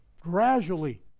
gradually